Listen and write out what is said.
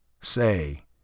say